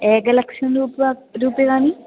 एकलक्षंरूप्यकं रूप्यकाणि